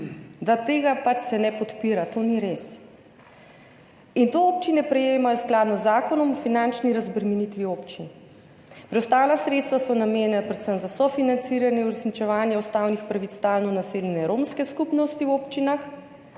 se tega pač ne podpira. To ni res. To občine prejemajo v skladu z Zakonom o finančni razbremenitvi občin. Preostala sredstva so namenjena predvsem za sofinanciranje uresničevanja ustavnih pravic stalno naseljene romske skupnosti v občinah,